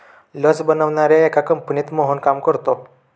लस बनवणाऱ्या एका कंपनीत मोहन काम करतो